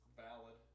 valid